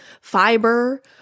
fiber